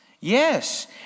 Yes